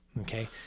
Okay